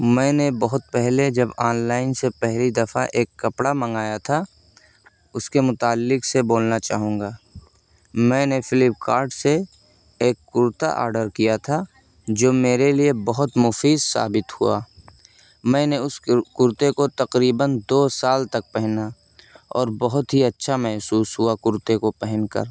میں نے بہت پہلے جب آن لائن سے پہلی دفعہ ایک کپڑا منگایا تھا اس کے متعلق سے بولنا چاہوں گا میں نے فلپ کارٹ سے ایک کرتا آرڈر کیا تھا جو میرے لیے بہت مفید ثابت ہوا میں نے اس کرتے کو تقریباً دو سال تک پہنا اور بہت ہی اچّھا محسوس ہوا کرتے کو پہن کر